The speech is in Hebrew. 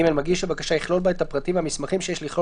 (ג)מגיש הבקשה יכלול בה את הפרטים והמסמכים שיש לכלול